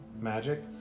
Magic